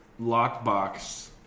lockbox